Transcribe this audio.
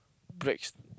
breaks